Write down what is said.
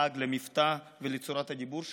לעג למבטא ולצורת הדיבור שלה,